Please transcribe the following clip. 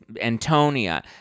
Antonia